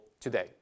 today